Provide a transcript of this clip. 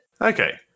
okay